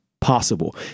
possible